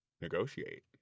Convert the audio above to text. negotiate